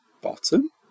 bottom